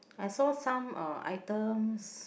I saw some uh items